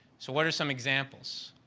so, what are some examples?